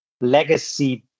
legacy